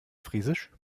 friesisch